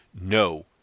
No